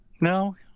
No